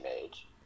age